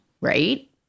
Right